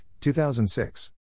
2006